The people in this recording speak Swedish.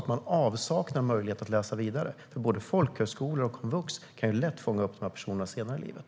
Det saknas nämligen inte möjligheter att läsa vidare. Både folkhögskolor och komvux kan lätt fånga upp dessa personer senare i livet.